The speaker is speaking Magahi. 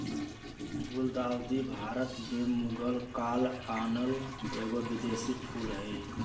गुलदाऊदी भारत में मुगल काल आनल एगो विदेशी फूल हइ